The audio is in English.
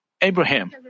Abraham